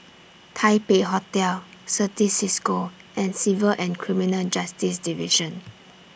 Taipei Hotel Certis CISCO and Civil and Criminal Justice Division